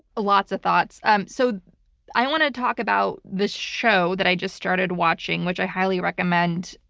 ah lots of thoughts. um so i want to talk about this show that i just started watching, which i highly recommend.